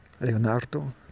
Leonardo